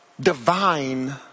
divine